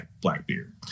Blackbeard